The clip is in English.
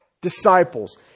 Disciples